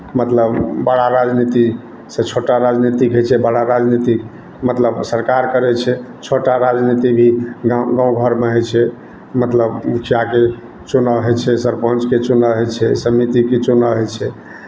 मतलब बड़ा राजनीतिसँ छोटा राजनीति होइ छै बड़ा राजनीति मतलब सरकार करै छै छोटा राजनीति भी गाँव गाँव घरमे होइ छै मतलब मुखियाके चुनाव होइ छै सरपञ्चके चुनाव होइ छै समितिके चुनाव होइ छै